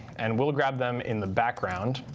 and we'll grab them in the background.